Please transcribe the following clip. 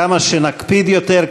כמה שנקפיד יותר,